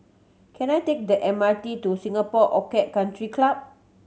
can I take the M R T to Singapore Country Club